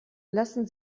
lassen